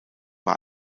war